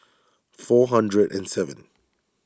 four hundred and seven